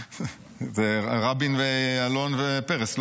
רבין, אלון ופרס.